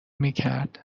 میکرد